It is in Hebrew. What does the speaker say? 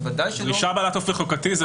ודאי לא --- דרישה בעלת אופי חוקתי,